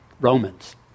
Romans